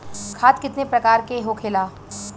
खाद कितने प्रकार के होखेला?